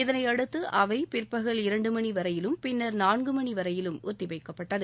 இதனையடுத்து அவை பிற்பகல் இரண்டு மணி வரையிலும் பின்னர் நான்கு மணி வரையிலும் ஒத்திவைக்கப்பட்டது